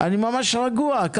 אני ממש רגוע.